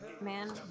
man